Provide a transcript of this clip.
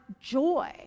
joy